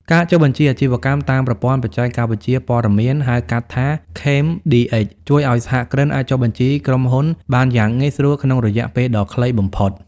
ការចុះបញ្ជីអាជីវកម្មតាមប្រព័ន្ធបច្ចេកវិទ្យាព័ត៌មាន (ហៅកាត់ថា CamDX) ជួយឱ្យសហគ្រិនអាចចុះបញ្ជីក្រុមហ៊ុនបានយ៉ាងងាយស្រួលក្នុងរយៈពេលដ៏ខ្លីបំផុត។